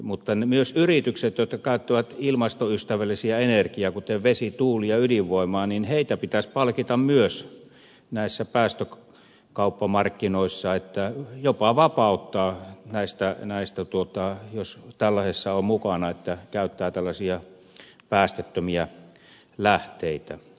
mutta myös yrityksiä jotka käyttävät ilmastoystävällistä energiaa kuten vesi tuuli ja ydinvoimaa pitäisi palkita myös näissä päästökauppamarkkinoissa jopa vapauttaa näistä jos tällaisessa on mukana että käyttää tällaisia päästöttömiä lähteitä